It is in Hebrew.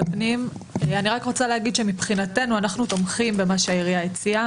אני רק רוצה להגיד שאנחנו תומכים במה שהעירייה הציעה.